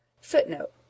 Footnote